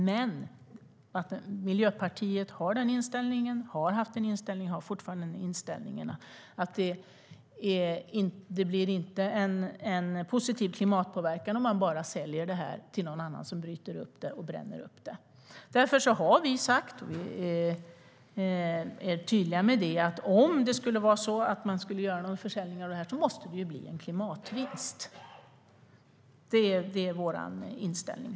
Men Miljöpartiet har och har haft inställningen att det inte blir en positiv klimatpåverkan om man bara säljer detta till någon annan som bryter upp det och bränner upp det. Därför har vi sagt - vi är tydliga med det - att om man ska göra någon försäljning av det här måste det bli en klimatvinst. Det är vår inställning.